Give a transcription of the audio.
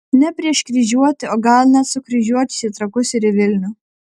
ne prieš kryžiuotį o gal net su kryžiuočiais į trakus ir į vilnių